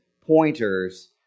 pointers